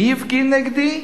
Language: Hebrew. מי הפגין נגדי?